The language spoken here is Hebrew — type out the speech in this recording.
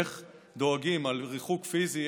איך דואגים לריחוק פיזי,